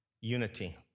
Unity